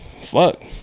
Fuck